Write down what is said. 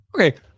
Okay